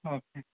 okay